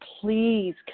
please